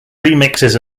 remixes